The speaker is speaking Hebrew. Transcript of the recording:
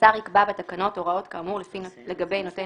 השר יקבע בתקנות הוראות כאמור לגבי נותן